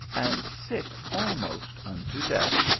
and sick almost unto death,